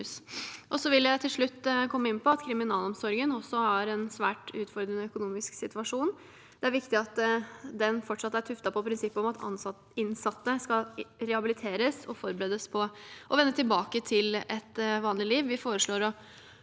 vil jeg nevne at kriminalomsorgen også er i en svært utfordrende økonomisk situasjon. Det er viktig at den fortsatt er tuftet på prinsippet om at innsatte skal rehabiliteres og forberedes på å vende tilbake til et vanlig liv.